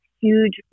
huge